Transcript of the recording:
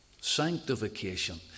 Sanctification